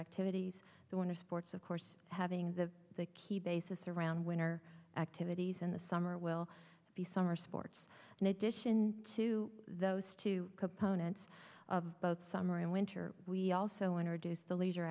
activities the winter sports of course having the key basis around winner activities in the summer will be summer sports in addition to those two components of both summer and winter we also introduce the leisure